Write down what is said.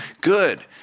Good